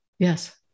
Yes